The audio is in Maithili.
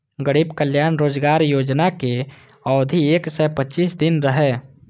गरीब कल्याण रोजगार योजनाक अवधि एक सय पच्चीस दिन रहै